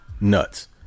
Nuts